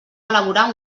elaborar